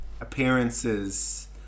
appearances